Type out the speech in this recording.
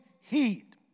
heat